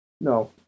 No